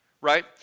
Right